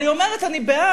אבל היא אומרת: אני בעד,